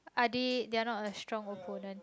are they they are not a strong opponent